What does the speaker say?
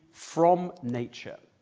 from nature,